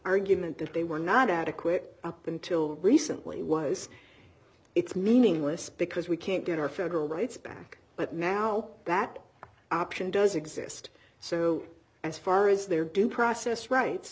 argument that they were not adequate up until recently was it's meaningless because we can't get our federal rights back but now that option does exist so as far as their due process right